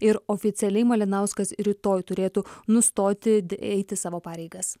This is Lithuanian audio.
ir oficialiai malinauskas rytoj turėtų nustoti eiti savo pareigas